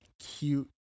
cute